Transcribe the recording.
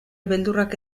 beldurrak